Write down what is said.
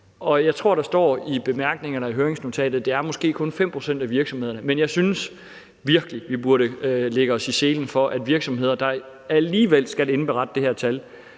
bemærkningerne og i høringsnotatet, at det måske kun er 5 pct. af virksomhederne, men jeg synes virkelig, at vi burde lægge os i selen for, at virksomheder, der alligevel skal indberette det her tal,